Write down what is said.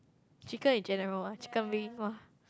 chicken in general ah chicken wing [wah]